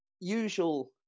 usual